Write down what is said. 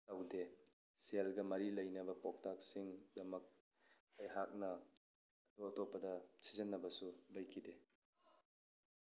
ꯇꯧꯗꯦ ꯁꯦꯜꯒ ꯃꯔꯤ ꯂꯩꯅꯕ ꯄꯥꯎꯇꯥꯛꯁꯤꯡꯗꯃꯛ ꯑꯩꯍꯥꯛꯅ ꯑꯇꯣꯞ ꯑꯇꯣꯞꯄꯗ ꯁꯤꯖꯤꯟꯅꯕꯁꯨ ꯂꯩꯈꯤꯗꯦ